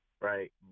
right